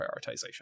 prioritization